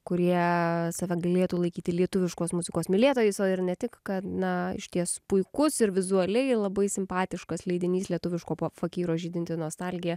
kurie save galėtų laikyti lietuviškos muzikos mylėtojais o ir ne tik kad na išties puikus ir vizualiai labai simpatiškas leidinys lietuviško pa fakyro žydinti nostalgija